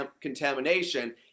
contamination